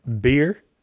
Beer